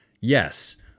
Yes